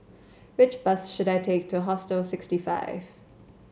which bus should I take to Hostel sixty five